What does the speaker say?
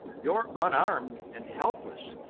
you're unarmed and helpless.